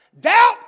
doubt